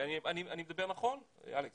אני מדבר נכון, אלכס?